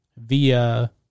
Via